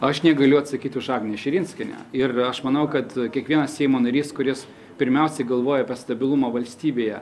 aš negaliu atsakyti už agnę širinskienę ir aš manau kad kiekvienas seimo narys kuris pirmiausiai galvoja apie stabilumą valstybėje